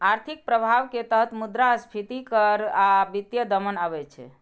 आर्थिक प्रभाव के तहत मुद्रास्फीति कर आ वित्तीय दमन आबै छै